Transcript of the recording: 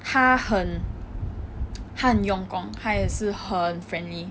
他很他很用功他也是很 friendly